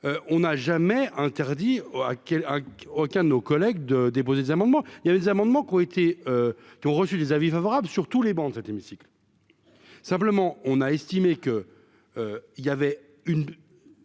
on n'a jamais interdit à quelle a aucun de nos collègues de déposer des amendements, il y a les amendements qui ont été qui ont reçu des avis favorables sur tous les bancs de cet hémicycle, simplement on a estimé que, il y avait une